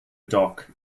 dock